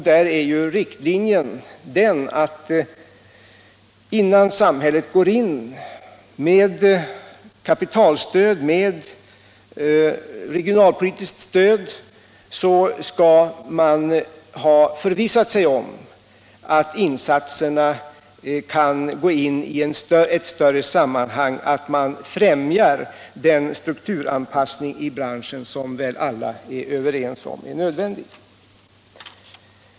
Där är riktlinjen att innan samhället går in med kapitalstöd och regionalpolitiskt stöd skall man ha förvissat sig om att insatserna kan ingå i ett större sammanhang, att man främjar den strukturanpassning i branschen som väl alla är överens om är nödvändig.